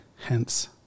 hence